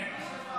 כן.